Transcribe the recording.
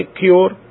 cure